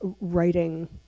writing